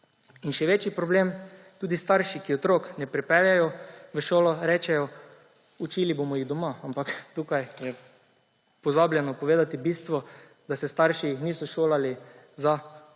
In še večji problem, tudi starši, ki otrok ne pripeljejo v šolo, rečejo, učili jih bomo doma. Ampak tukaj je pozabljeno povedati bistvo, da se starši niso šolali za profesorje,